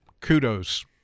kudos